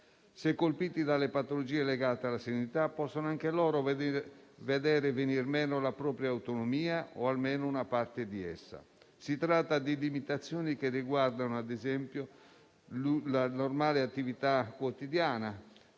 se colpiti dalle patologie legate all'anzianità possono vedere venir meno la propria autonomia o almeno una parte di essa. Si tratta di limitazioni che riguardano la normale attività quotidiana,